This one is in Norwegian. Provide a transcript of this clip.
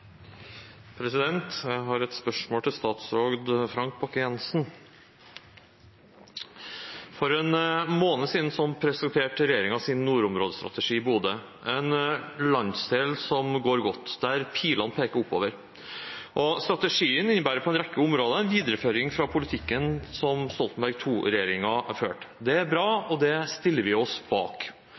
Jeg har et spørsmål til statsråd Frank Bakke-Jensen. For en måned siden presenterte regjeringen sin nordområdestrategi i Bodø, i en landsdel som går godt, og der pilene peker oppover. Strategien innebærer på en rekke områder en videreføring av politikken som Stoltenberg II-regjeringen førte. Det er bra, og det stiller vi oss bak.